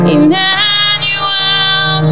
Emmanuel